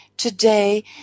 Today